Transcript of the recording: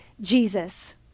jesus